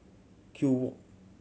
Kew Walk